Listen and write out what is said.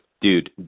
Dude